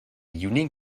unique